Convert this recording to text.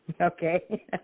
Okay